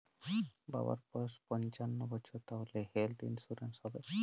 বাবার বয়স পঞ্চান্ন বছর তাহলে হেল্থ ইন্সুরেন্স হবে?